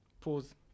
Pause